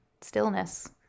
stillness